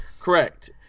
correct